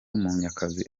munyakazi